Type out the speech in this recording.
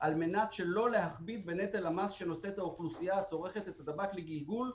"על מנת שלא להכביד בנטל המס שנושאת האוכלוסייה הצורכת את הטבק לגלגול,